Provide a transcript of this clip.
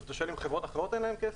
אתה שואל אם לחברות אחרות אין כסף?